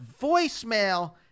voicemail